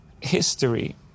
history